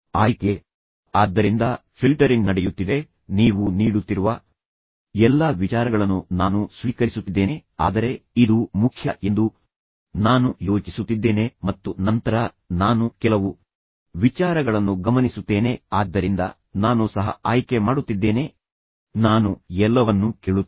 ಆಯ್ಕೆ ಆದ್ದರಿಂದ ಫಿಲ್ಟರಿಂಗ್ ನಡೆಯುತ್ತಿದೆ ನೀವು ನೀಡುತ್ತಿರುವ ಎಲ್ಲಾ ವಿಚಾರಗಳನ್ನು ನಾನು ಸ್ವೀಕರಿಸುತ್ತಿದ್ದೇನೆ ಆದರೆ ಇದು ಮುಖ್ಯ ಎಂದು ನಾನು ಯೋಚಿಸುತ್ತಿದ್ದೇನೆ ಮತ್ತು ನಂತರ ನಾನು ಕೆಲವು ವಿಚಾರಗಳನ್ನು ಗಮನಿಸುತ್ತೇನೆ ಆದ್ದರಿಂದ ನಾನು ಸಹ ಆಯ್ಕೆ ಮಾಡುತ್ತಿದ್ದೇನೆ ನಾನು ಎಲ್ಲವನ್ನೂ ಕೇಳುತ್ತಿಲ್ಲ